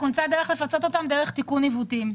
דרך תיקון עיוותים.